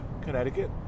Connecticut